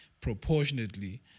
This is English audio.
proportionately